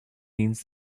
means